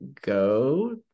go